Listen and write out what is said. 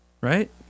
Right